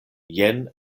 jen